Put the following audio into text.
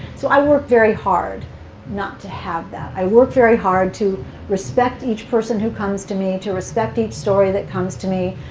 so i work very hard not to have that. i work very hard to respect each person who comes to me, to respect each story that comes to me,